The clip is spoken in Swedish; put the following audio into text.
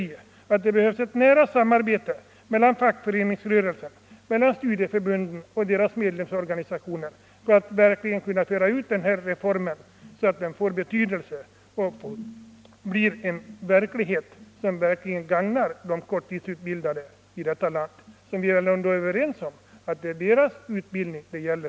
Vi inom centern anser att det behövs ett nära samarbete mellan fackföreningsrörelsen och studieförbundens medlemsorganisationer för att verkligen kunna föra ut den här reformen så att den får betydelse och blir en verklighet som gagnar de korttidsutbildade i detta land. Jag utgår från att vi är överens om att det ändock är deras utbildning det gäller.